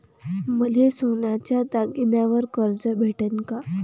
मले सोन्याच्या दागिन्यावर कर्ज भेटन का?